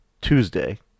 Tuesday